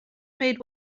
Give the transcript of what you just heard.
made